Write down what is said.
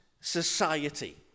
society